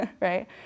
right